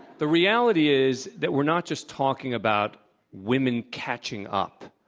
the reality is that we're not just talking about women catching up.